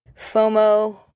FOMO